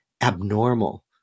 abnormal